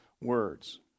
words